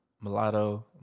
Mulatto